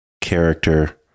character